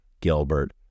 Gilbert